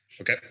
Okay